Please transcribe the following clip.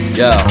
yo